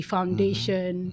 Foundation